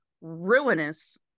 ruinous